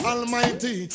Almighty